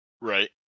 Right